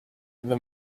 the